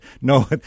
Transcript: no